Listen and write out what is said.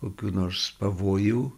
kokių nors pavojų